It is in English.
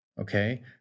Okay